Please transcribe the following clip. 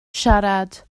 siarad